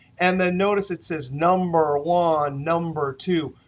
and then notice, it says number one, number two.